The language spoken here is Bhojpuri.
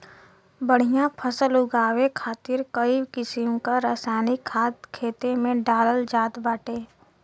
बढ़िया फसल उगावे खातिर कई किसिम क रासायनिक खाद खेते में डालल जात बाटे